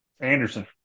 Anderson